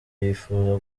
yifuza